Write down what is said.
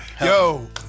Yo